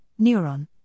Neuron